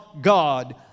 God